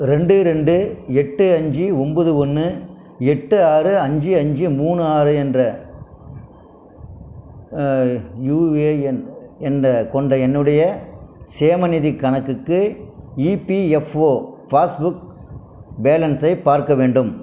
ரெண்டு ரெண்டு எட்டு அஞ்சு ஒன்பது ஒன்று எட்டு ஆறு அஞ்சு அஞ்சு மூணு ஆறு என்ற யுஏஎன் எண் கொண்ட என்னுடைய சேமநிதி கணக்குக்கு இபிஎஃப்ஓ பாஸ்புக் பேலன்ஸை பார்க்க வேண்டும்